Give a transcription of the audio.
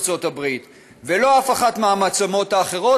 ארצות-הברית ולא את אף אחת מהמעצמות האחרות,